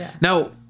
Now